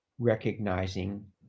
Recognizing